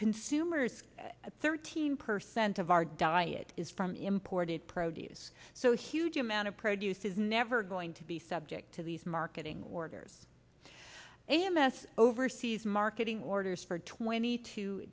consumers thirteen per cent of our diet is from imported produce so huge amount of produce is never going to be subject to these marketing orders a m s oversees marketing orders for twenty two